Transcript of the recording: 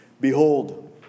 Behold